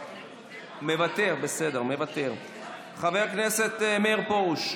מוותר, חבר הכנסת מאיר פרוש,